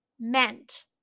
meant